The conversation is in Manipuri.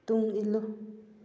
ꯇꯨꯡꯏꯜꯂꯨ